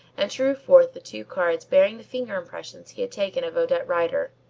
and drew forth the two cards bearing the finger impressions he had taken of odette rider.